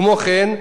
כמו כן,